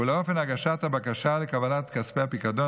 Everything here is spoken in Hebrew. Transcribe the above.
ולאופן הגשת הבקשה לקבלת כספי הפיקדון